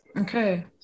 Okay